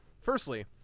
Firstly